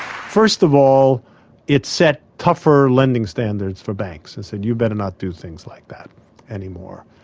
first of all it set tougher lending standards for banks said you better not do things like that any more.